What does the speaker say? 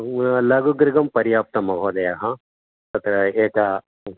लघुगृहं पर्याप्तं महोदयः तत्र एक